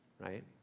right